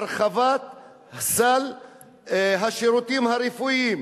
הרחבת סל השירותים הרפואיים,